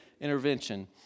intervention